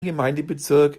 gemeindebezirk